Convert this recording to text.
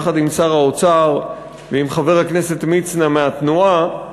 יחד עם שר האוצר ועם חבר הכנסת מצנע מהתנועה,